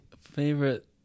Favorite